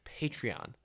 Patreon